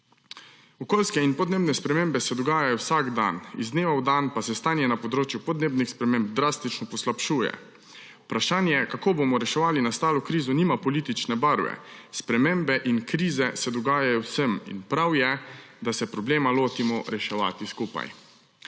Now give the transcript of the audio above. Okoljske in podnebne spremembe se dogajajo vsak dan, iz dneva v dan pa se stanje na področju podnebnih sprememb drastično poslabšuje. Vprašanje, kako bomo reševali nastalo krizo, nima politične barve, spremembe in krize se dogajajo vsem in prav je, da se problema lotimo reševati skupaj.